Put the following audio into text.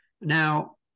Now